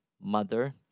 mother